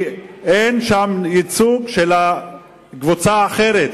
כי אין שם ייצוג של הקבוצה האחרת,